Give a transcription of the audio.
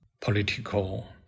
political